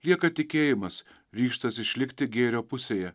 lieka tikėjimas ryžtas išlikti gėrio pusėje